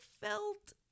felt